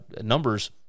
numbers